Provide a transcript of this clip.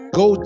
go